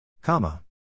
Comma